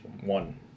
one